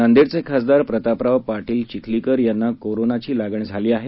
नांदेडचे खासदार प्रतापराव पाटील चिखलीकर यांना कोरोना विषाणूची लागण झाली आहे